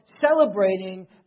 celebrating